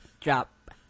drop